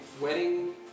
wedding